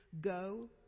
Go